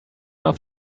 off